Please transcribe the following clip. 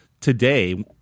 today